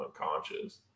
unconscious